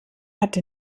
hatte